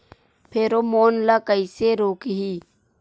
Pheromone ला कइसे रोकही?